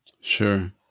sure